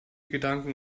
gedanken